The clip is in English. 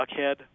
Duckhead